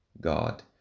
God